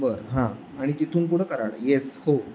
बरं हां आणि तिथून पुढं कराड येस हो